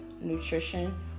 nutrition